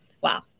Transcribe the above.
Wow